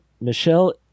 Michelle